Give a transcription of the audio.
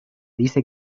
dice